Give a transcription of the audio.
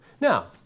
Now